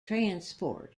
transport